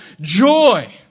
joy